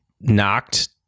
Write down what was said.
knocked